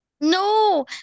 no